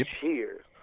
Cheers